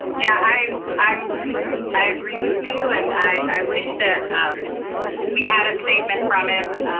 yeah, i um i agree with you, and i wish that we had a statement from him,